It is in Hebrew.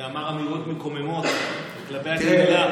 אמר אמירות מקוממות כלפי הקהילה